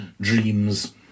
dreams